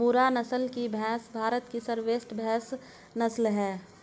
मुर्रा नस्ल की भैंस भारत की सर्वश्रेष्ठ भैंस नस्ल है